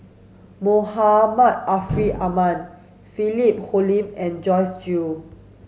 Muhammad Ariff Ahmad Philip Hoalim and Joyce Jue